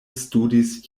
studis